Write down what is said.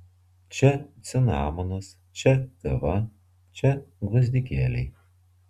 čia cinamonas čia kava čia gvazdikėliai